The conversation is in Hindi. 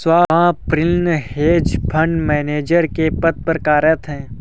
स्वप्निल हेज फंड मैनेजर के पद पर कार्यरत है